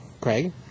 Craig